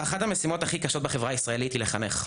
אחת המשימות הכי קשות בחברה הישראלית היא לחנך,